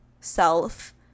self